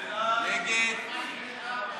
של חברי הכנסת מרב מיכאלי ועמר בר-לב אחרי סעיף 2